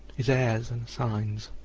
his heirs and assigns.